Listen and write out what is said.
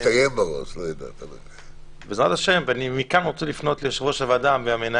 למשה, לירון ולכל